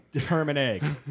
Terminator